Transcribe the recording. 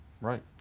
Right